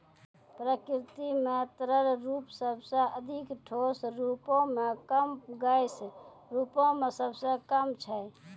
प्रकृति म तरल रूप सबसें अधिक, ठोस रूपो म कम, गैस रूपो म सबसे कम छै